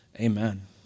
Amen